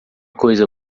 coisa